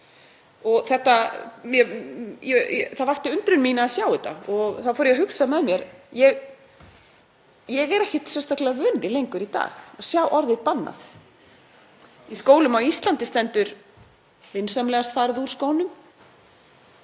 Það vakti undrun mína að sjá þetta og þá fór ég að hugsa með mér: Ég er ekkert sérstaklega vön því lengur í dag að sjá orðið „bannað“. Í skólum á Íslandi stendur: Vinsamlegast farið úr skónum.